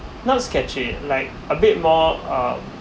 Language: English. not sketchy like a bit more um